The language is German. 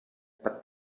bad